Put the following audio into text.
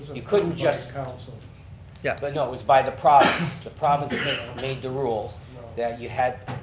you couldn't just councillor yeah but no, it was by the province. the province made the rules that you had,